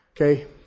Okay